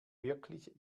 wirklich